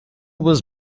was